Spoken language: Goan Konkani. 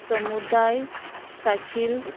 समुदाय चाकील